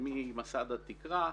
ממסד לתקרה,